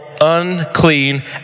unclean